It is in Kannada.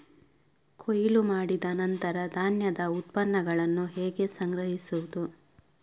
ಕೊಯ್ಲು ಮಾಡಿದ ನಂತರ ಧಾನ್ಯದ ಉತ್ಪನ್ನಗಳನ್ನು ಹೇಗೆ ಸಂಗ್ರಹಿಸುವುದು?